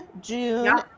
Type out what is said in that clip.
June